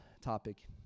topic